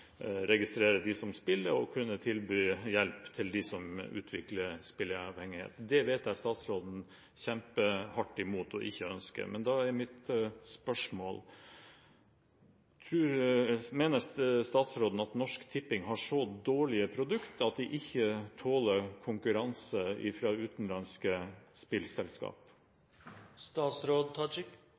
registrere dem som spiller, og tilby hjelp til dem som utvikler spilleavhengighet. Det vet jeg statsråden kjemper hardt imot og ikke ønsker. Da er mitt spørsmål: Mener statsråden at Norsk Tipping har så dårlige produkter at de ikke tåler konkurranse fra utenlandske